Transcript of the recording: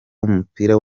w’umupira